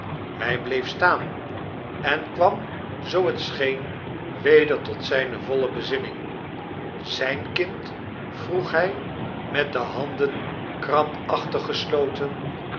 hij bleef staan en kwam zoo het scheen weder tot zijne voile bezinning b zijn kind p vroeg hy met de handen krampachtig